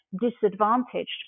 disadvantaged